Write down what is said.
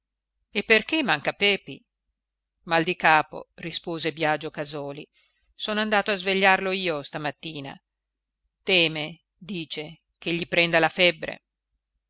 e perché manca pepi mal di capo rispose biagio casòli sono andato a svegliarlo io stamattina teme dice che gli prenda la febbre